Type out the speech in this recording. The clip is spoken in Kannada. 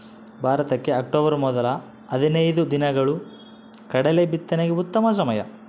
ಭಾರತಕ್ಕೆ ಅಕ್ಟೋಬರ್ ಮೊದಲ ಹದಿನೈದು ದಿನಗಳು ಕಡಲೆ ಬಿತ್ತನೆಗೆ ಉತ್ತಮ ಸಮಯ